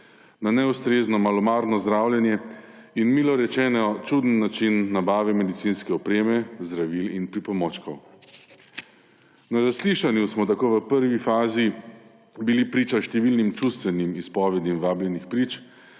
na neustrezno malomarno zdravljenje in, milo rečeno, čuden način nabave medicinske opreme, zdravil in pripomočkov. Na zaslišanju smo bili tako v prvi fazi priča številnim čustvenim izpovedim vabljenih prič,